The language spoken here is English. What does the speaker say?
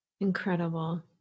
Incredible